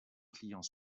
client